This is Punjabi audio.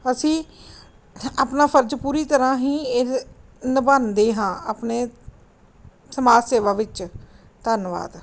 ਅਸੀਂ ਆਪਣਾ ਫਰਜ਼ ਪੂਰੀ ਤਰ੍ਹਾਂ ਹੀ ਇਹ ਨਿਭਾਉਂਦੇ ਹਾਂ ਆਪਣੇ ਸਮਾਜ ਸੇਵਾ ਵਿੱਚ ਧੰਨਵਾਦ